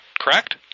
correct